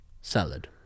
Salad